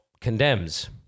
condemns